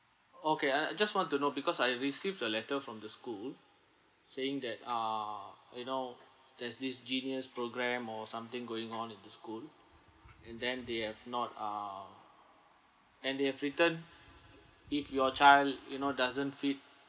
okay I I just want to know because I've received a letter from the school saying that ah you know there's this genius programme or something going on in the school and then they have not ah and they have written if your child you know doesn't fit